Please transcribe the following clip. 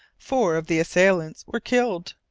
four of the assailants were killed.